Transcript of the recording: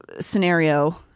scenario